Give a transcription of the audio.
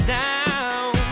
down